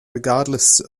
regardless